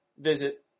visit